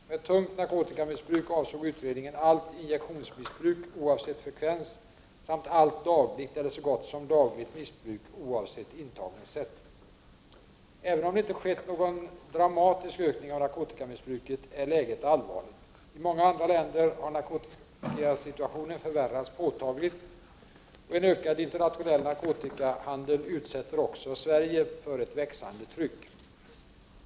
Med tungt narkotikamissbruk avsåg utredningen allt injektionsmissbruk oavsett frekvens, samt allt dagligt eller så gott som dagligt missbruk oavsett intagningssätt. Även om det inte skett någon dramatisk ökning av narkotikamissbruket är läget allvarligt. I många andra länder har narkotikasituationen förvärrats påtagligt. En ökad internationell narkotikahandel utsätter också Sverige för ett växande tryck.